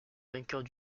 vainqueurs